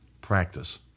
Practice